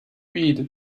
read